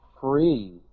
free